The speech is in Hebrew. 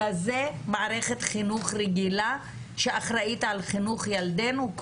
אלא זה מערכת חינוך רגילה שאחראית על חינוך ילדינו,